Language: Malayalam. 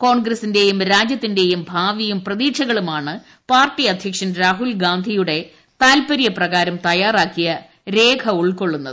കോൺഗ്രസി ന്റെയും രാജ്യത്തിന്റെയും ഭാവിയും പ്രതീക്ഷകളുമാണ് പാർട്ടി അധ്യ ക്ഷൻ രാഹുൽഗാന്ധിയുടെ താൽപ്പര്യ പ്രക്ടാരം തയ്യാറാക്കിയ രേഖ ഉൾക്കൊള്ളുന്നത്